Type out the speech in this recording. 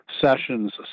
Sessions